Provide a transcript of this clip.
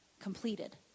completed